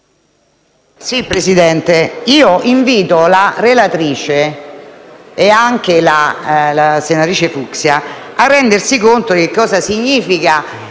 Presidente, invito la relatrice e anche la senatrice Fucksia a rendersi conto di cosa significhi